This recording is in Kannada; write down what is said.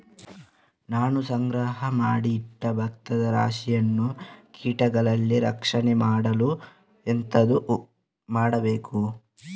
ನಾನು ಸಂಗ್ರಹ ಮಾಡಿ ಇಟ್ಟ ಭತ್ತದ ರಾಶಿಯನ್ನು ಕೀಟಗಳಿಂದ ರಕ್ಷಣೆ ಮಾಡಲು ಎಂತದು ಮಾಡಬೇಕು?